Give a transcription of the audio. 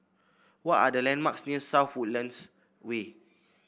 what are the landmarks near South Woodlands Way